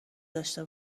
داشته